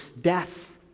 death